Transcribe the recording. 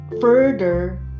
further